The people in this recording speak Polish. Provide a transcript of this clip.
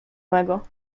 mego